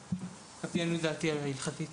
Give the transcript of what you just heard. כך על פי עניות דעתי ההלכתית.